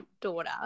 daughter